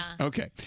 Okay